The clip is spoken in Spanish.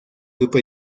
grupo